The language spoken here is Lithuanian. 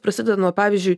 prasideda nuo pavyzdžiui